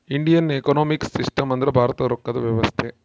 Indian economic system ಅಂದ್ರ ಭಾರತದ ರೊಕ್ಕದ ವ್ಯವಸ್ತೆ